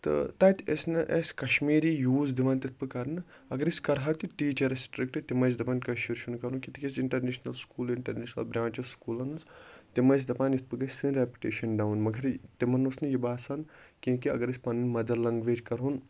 تہٕ تَتہِ ٲسۍ نہٕ اَسہِ کَشمیٖری یوٗز دِوان تِتھ پٲٹھۍ کَرنہٕ اَگَر أسۍ کَرہَو تہِ ٹیٖچَر ٲسۍ سٹرکٹ تِم ٲسۍ دَپان کٲشُر چھُ نہٕ کَرُن کینٛہہ تِکیازِ اِنٹَرنیشنَل سکوٗل یا اِنٹَرنیشنَل برانٛچ چھِ سکوٗلَن مَنٛز تِم ٲسۍ دَپان یِتھ پٲٹھۍ گَژھِ سٲنٛۍ ریٚپٹیشَن ڈاوُن مگر تِمَن اوس نہٕ یہِ باسان کیوٗنکہِ اگر أسۍ پَنٕنۍ مَدَر لینٛگویج کَرہون